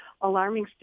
alarming